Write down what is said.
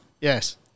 Yes